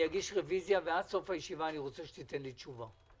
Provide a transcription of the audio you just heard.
אגיש רביזיה ועד סוף הישיבה אני רוצה שתיתן לי תשובה.